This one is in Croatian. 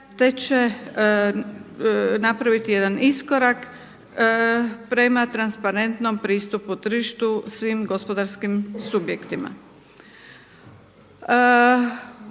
te će napraviti jedan iskorak prema transparentnom pristupu tržištu svim gospodarskim subjektima.